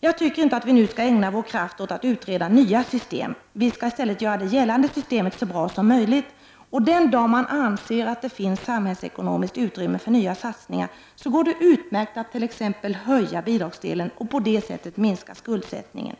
Jag tycker inte att vi nu skall ägna vår kraft åt att utreda nya system. Vi bör i stället göra det gällande systemet så bra som möjligt. Och den dag man anser att det finns samhällsekonomiskt utrymme för nya satsningar, går det utmärkt att t.ex. höja bidragsdelen och på det sättet minska skuldsättningen.